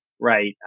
right